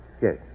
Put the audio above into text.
Yes